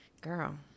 Girl